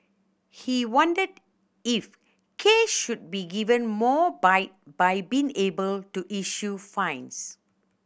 he wondered if Case should be given more bite by being able to issue fines